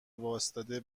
واستاده